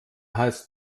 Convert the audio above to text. heißt